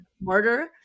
murder